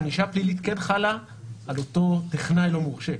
ענישה הפלילית כן חלה על אותו טכנאי לא מורשה,